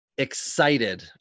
Excited